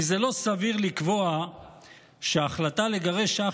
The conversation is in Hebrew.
כי זה לא סביר לקבוע שההחלטה לגרש אח